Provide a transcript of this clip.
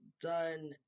done